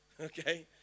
Okay